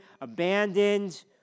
abandoned